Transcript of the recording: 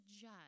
judge